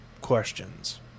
questions